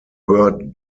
word